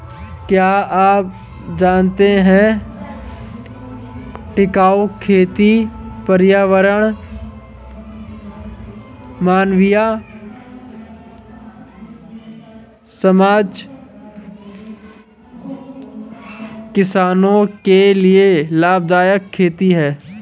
क्या आप जानते है टिकाऊ खेती पर्यावरण, मानवीय समाज, किसानो के लिए लाभदायक खेती है?